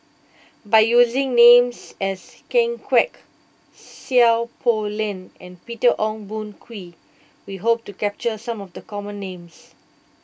by using names such as Ken Kwek Seow Poh Leng and Peter Ong Boon Kwee we hope to capture some of the common names